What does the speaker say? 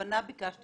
בכוונה בקשתי